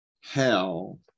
hell